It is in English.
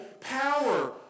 power